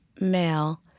male